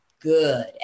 good